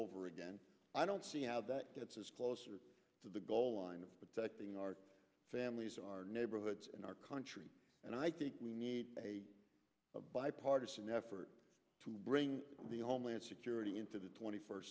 over again i don't see how that gets us closer to the goal line of protecting our when we use our neighborhoods in our country and i think we need a bipartisan effort to bring the homeland security into the twenty first